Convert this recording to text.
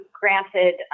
granted